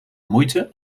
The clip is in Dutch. moeite